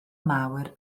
mawr